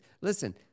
Listen